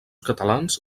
catalans